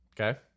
okay